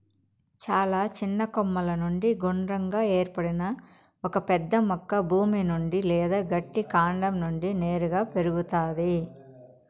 చాలా చిన్న కొమ్మల నుండి గుండ్రంగా ఏర్పడిన ఒక పెద్ద మొక్క భూమి నుండి లేదా గట్టి కాండం నుండి నేరుగా పెరుగుతాది